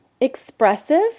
expressive